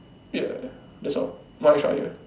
ya that's all one extra year